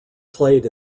played